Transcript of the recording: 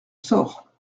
sors